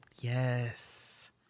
yes